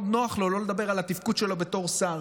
נוח לו לא לדבר על התפקוד שלו בתור שר.